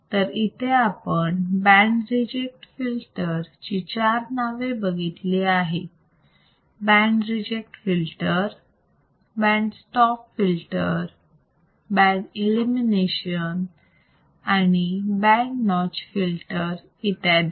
तर इथे आपण बँड रिजेक्ट फिल्टर ची चार नाव बघितली आहेत band reject filter band stop filter band elimination आणि बँड नॉच फिल्टर इत्यादी